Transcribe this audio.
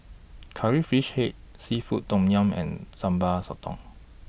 Curry Fish Head Seafood Tom Yum and Sambal Sotong